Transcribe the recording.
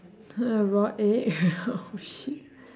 raw egg oh shit